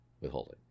withholding